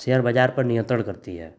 share बाज़ार पर नियंत्रण करती है